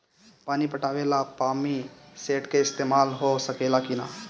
पानी पटावे ल पामपी सेट के ईसतमाल हो सकेला कि ना?